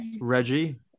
Reggie